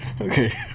Okay